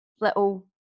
little